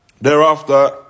thereafter